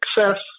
success